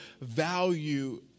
value